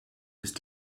ist